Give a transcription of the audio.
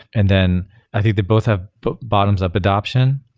and then i think they both have bottoms up adaption.